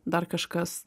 dar kažkas